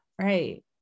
Right